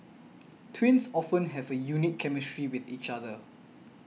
twins often have a unique chemistry with each other